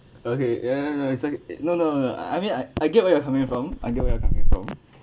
okay ya ya it's okay no no I mean I I get where you're coming from I get where you're coming from